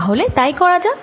তাহলে তাই করা যাক